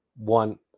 One